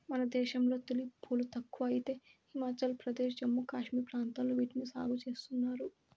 మన దేశంలో తులిప్ పూలు తక్కువ అయితే హిమాచల్ ప్రదేశ్, జమ్మూ కాశ్మీర్ ప్రాంతాలలో వీటిని సాగు చేస్తున్నారు